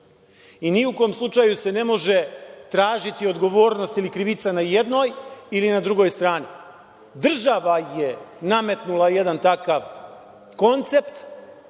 I ni u kom slučaju se ne može tražiti odgovornost ili krivica na jednoj ili na drugoj strani. Država je nametnula jedan takav koncept,